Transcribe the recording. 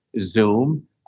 Zoom